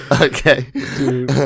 Okay